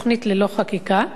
ואף פוגע ביעילותה,